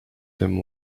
them